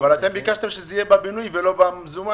אבל אתם ביקשתם שזה יהיה בבינוי ולא במזומן.